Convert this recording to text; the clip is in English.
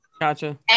gotcha